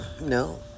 No